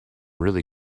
really